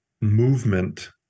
movement